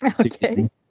Okay